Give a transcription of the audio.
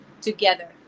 together